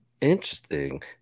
Interesting